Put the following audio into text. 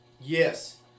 Yes